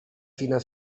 fina